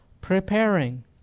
Preparing